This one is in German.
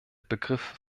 begriff